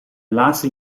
laatste